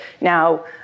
now